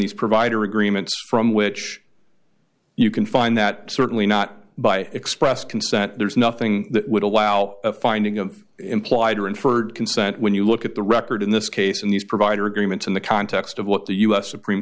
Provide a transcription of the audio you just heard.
these provider agreements from which you can find that certainly not by express consent there's nothing that would allow a finding of implied or inferred consent when you look at the record in this case and these provider agreements in the context of what the u s supreme